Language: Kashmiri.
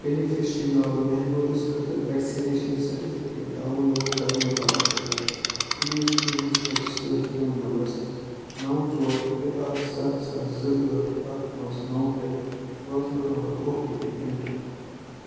بیٚنِفیشرِی ناو ماہنوٗرَس خٲطرٕ ویکسِنیٚشن سرٹِفکیٹ ڈاؤن لوڈ کَرنہٕ باپتھ کَر پُلیز تُہٕنٛدِس رجسٹرڈ فون نمبرس نَو ژور ترٛےٚ اَکھ سَتھ سَتھ زٕ ٲٹھ اَکھ پانٛژھ نَو پٮ۪ٹھ سوزنہٕ آمُت او ٹی پی ایٚنٹر